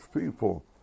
people